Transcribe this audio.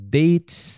dates